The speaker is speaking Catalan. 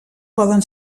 poden